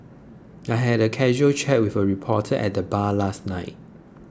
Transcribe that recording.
I had a casual chat with a reporter at the bar last night